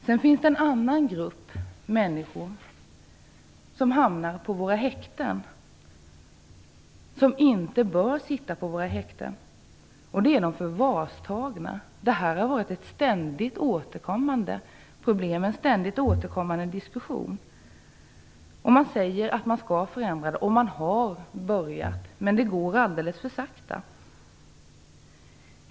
Det finns också en grupp människor som hamnar på våra häkten som inte bör sitta där, och det är de förvarstagna. De har varit föremål för en ständigt återkommande diskussion. Man säger att man har ändrat detta, och man har börjat, men det går alldeles för långsamt.